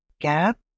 gap